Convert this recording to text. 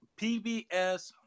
PBS